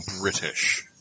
British